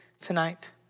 tonight